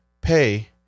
pay